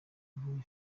muri